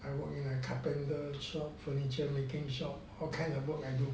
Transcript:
I work in a carpenter's shop furniture making shop all kind of work I do